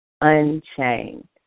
Unchained